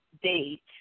date